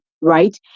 right